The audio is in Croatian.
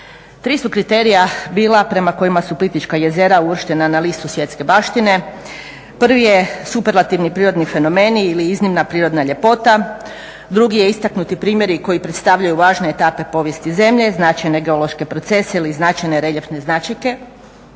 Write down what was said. Tri su kriterija bila prema kojima su Plitvička jezera uvrštena na listu svjetske baštine. Prvi je superlativni prirodni fenomeni ili iznimna prirodna ljepota. Drugi je istaknuti primjeri i koji predstavljaju važne etape povijesti zemlje, znači ne geološke procese ili značajne reljefne značajke